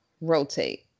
Rotate